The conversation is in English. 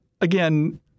again